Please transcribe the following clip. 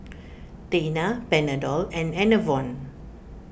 Tena Panadol and Enervon